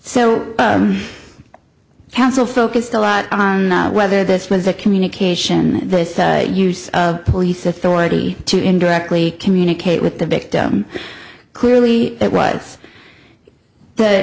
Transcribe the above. so council focused a lot on whether this was a communication this use of police authority to indirectly communicate with the victim clearly that was the